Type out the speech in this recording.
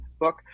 book